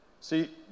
See